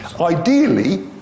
Ideally